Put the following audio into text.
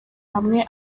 hamwe